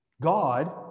God